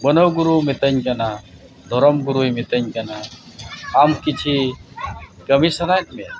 ᱵᱟᱹᱱᱟᱹᱣ ᱜᱩᱨᱩᱭ ᱢᱤᱛᱟᱹᱧ ᱠᱟᱱᱟ ᱫᱷᱚᱨᱚᱢ ᱜᱩᱨᱩᱭ ᱢᱤᱛᱟᱹᱧ ᱠᱟᱱᱟ ᱟᱢ ᱠᱤᱪᱷᱤ ᱠᱟᱹᱢᱤ ᱥᱟᱱᱟᱭᱮᱫ ᱢᱮᱭᱟ